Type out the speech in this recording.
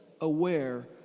aware